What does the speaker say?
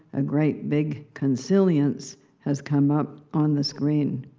a great big consilience has come up on the screen.